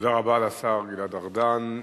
תודה רבה לשר גלעד ארדן.